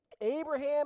Abraham